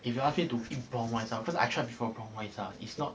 if you ask me to eat brown rice ah because I tried before brown rice ah it's not